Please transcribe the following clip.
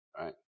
right